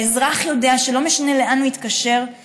שאזרח יודע שלא משנה לאן הוא יתקשר,